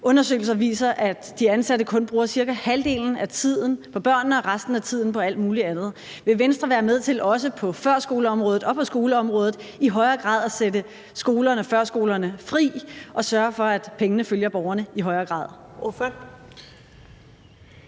Undersøgelser viser, at de ansatte kun bruger cirka halvdelen af tiden på børnene og resten af tiden på alt muligt andet. Vil Venstre være med til, også på førskoleområdet og på skoleområdet, i højere grad at sætte skolerne og førskolerne fri og sørge for, at pengene i højere grad